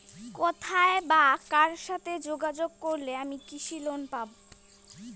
কোথায় বা কার সাথে যোগাযোগ করলে আমি কৃষি লোন পাব?